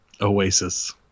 Oasis